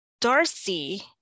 Darcy